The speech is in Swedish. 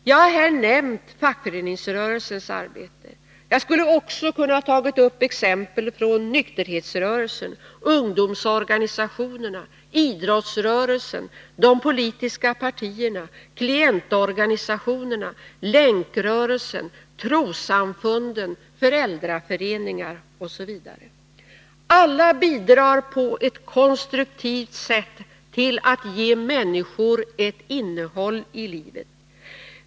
Jag har här nämnt fackföreningsrörelsernas arbete. Jag kan också nämna exempel från nykterhetsrörelsern, ungdomsorganisationerna, idrottsrörelsen, de politiska partierna, klientorganisationerna, Länkrörelsen, trossamfunden, föräldraföreningar osv. Alla bidrar på ett konstruktivt sätt till att ge människor ett innehåll i livet.